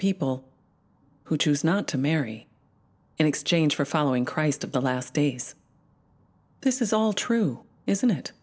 people who choose not to marry in exchange for following christ of the last days this is all true isn't it